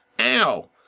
Ow